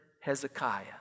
Hezekiah